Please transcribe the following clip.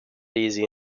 easy